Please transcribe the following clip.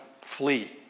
flee